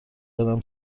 دارم